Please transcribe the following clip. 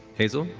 hazel?